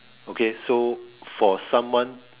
okay so for someone